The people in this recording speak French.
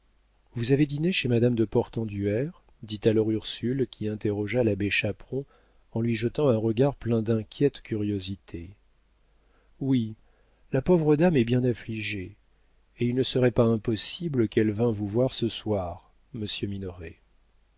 vous avez dîné chez madame portenduère dit alors ursule qui interrogea l'abbé chaperon en lui jetant un regard plein d'inquiète curiosité oui la pauvre dame est bien affligée et il ne serait pas impossible qu'elle vînt vous voir ce soir